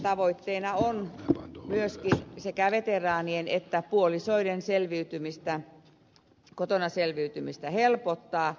tavoitteena on myöskin sekä veteraanien että puolisoiden kotona selviytymistä helpottaa